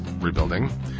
rebuilding